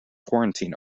quarantine